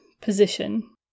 position